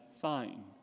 fine